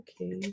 okay